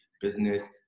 business